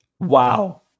Wow